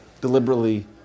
deliberately